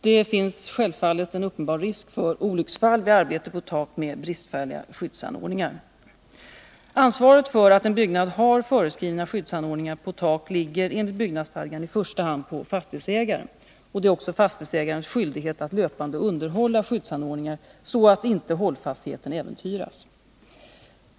Det finns självfallet en uppenbar risk för olycksfall vid arbete på tak med bristfälliga skyddsanordningar. Ansvaret för att en byggnad har föreskrivna skyddsanordningar på tak ligger enligt byggnadsstadgan i första hand på fastighetsägaren. Det är också fastighetsägarens skyldighet att löpande underhålla skyddsanordningarna så att inte hållfastheten äventyras.